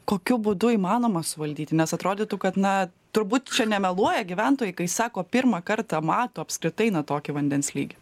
kokiu būdu įmanoma suvaldyti nes atrodytų kad na turbūt nemeluoja gyventojai kai sako pirmą kartą mato apskritai na tokio vandens lygį